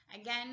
Again